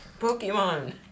Pokemon